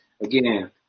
Again